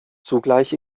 zugleich